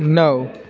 नओ